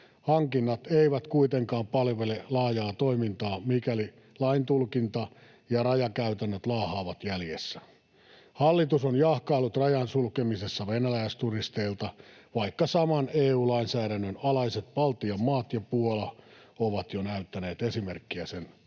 Hankinnat eivät kuitenkaan palvele laajaa toimintaa, mikäli laintulkinta ja rajakäytännöt laahaavat jäljessä. Hallitus on jahkaillut rajan sulkemisessa venäläisturisteilta, vaikka saman EU-lainsäädännön alaiset Baltian maat ja Puola ovat jo näyttäneet esimerkkiä sen